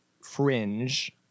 fringe